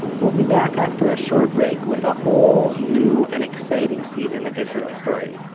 we'll be back after a short break with a whole new, and exciting season of israel story.